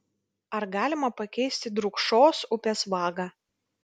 ar galima pakeisti drūkšos upės vagą